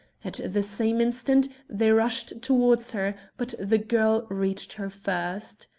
at the same instant they rushed towards her, but the girl reached her first.